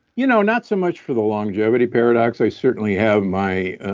you know not so much for the longevity paradox. i certainly have my